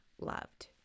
loved